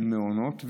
של מעונות,